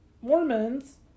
mormons